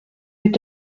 mit